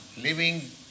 living